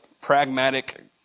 pragmatic